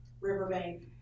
Riverbank